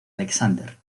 alexander